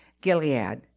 Gilead